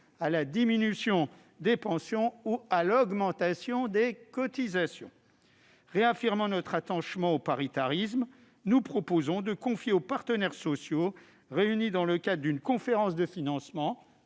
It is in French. à la diminution des pensions ou à l'augmentation des cotisations. Réaffirmant notre attachement au paritarisme, nous proposons de confier aux partenaires sociaux, réunis dans le cadre d'une conférence de financement-